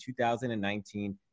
2019